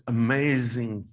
amazing